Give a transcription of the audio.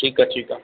ठीकु आहे ठीकु आहे